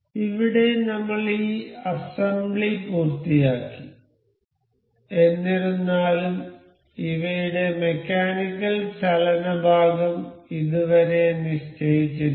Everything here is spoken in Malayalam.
ഇവിടെ നമ്മൾ ഈ അസംബ്ലി പൂർത്തിയാക്കി എന്നിരുന്നാലും ഇവയുടെ മെക്കാനിക്കൽ ചലന ഭാഗം ഇതുവരെ നിശ്ചയിച്ചിട്ടില്ല